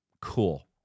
Cool